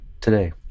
today